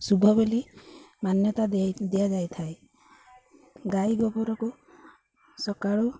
ଶୁଭ ବୋଲି ମାନ୍ୟତା ଦିଆ ଦିଆଯାଇ ଥାଏ ଗାଈ ଗୋବରକୁ ସକାଳୁ